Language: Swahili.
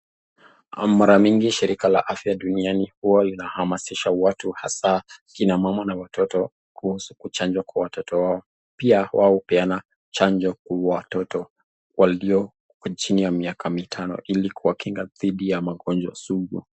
Mara mingi shirika la afya dumiani huwa inahamazisha watu hasa kina mama na watoto kuhusu kuchanjwa kwa watoto wao, pia wao upeana chanjo kwa watoto walio chini ya miaka mitano ilikuwakinga dhidi ya magonjwa sugu